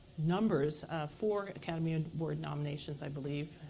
numbers four academy and award nominations, i believe,